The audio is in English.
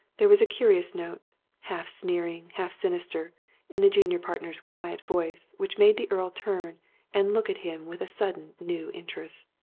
there was a curious note half-sneering, half-sinister in the junior partner's quiet voice which made the earl turn and look at him with a sudden new interest.